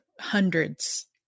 hundreds